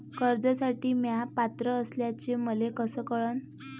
कर्जसाठी म्या पात्र असल्याचे मले कस कळन?